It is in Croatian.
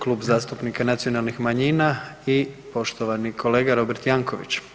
Klub zastupnika nacionalnih manjina i poštovani kolega Robert Jankovics.